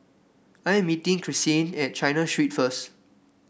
I am meeting Karsyn at China Street first